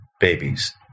babies